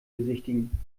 besichtigen